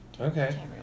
Okay